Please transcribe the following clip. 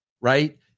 right